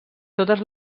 totes